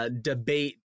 debate